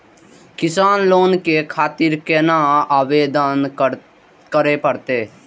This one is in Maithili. किसान लोन के खातिर केना आवेदन करें परतें?